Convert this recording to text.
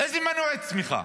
איזה מנועי צמיחה?